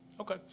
Okay